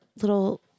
little